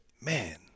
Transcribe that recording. man